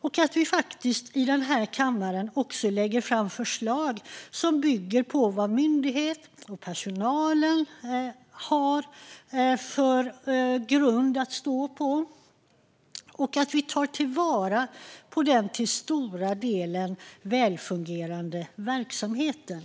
Vi behöver också i den här kammaren lägga fram förslag som bygger på vad myndigheten och personalen har för grund att stå på, så att vi tar till vara den till största delen välfungerande verksamheten.